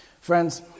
Friends